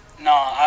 No